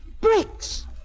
bricks